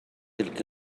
تلك